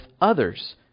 others